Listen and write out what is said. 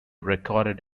recorded